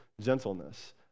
gentleness